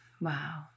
Wow